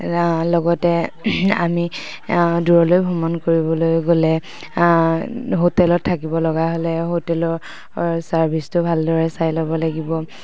লগতে আমি দূৰলৈ ভ্ৰমণ কৰিবলৈ গ'লে হোটেলত থাকিব লগা হ'লে হোটেলৰ চাৰ্ভিচটো ভালদৰে চাই ল'ব লাগিব